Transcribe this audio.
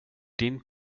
din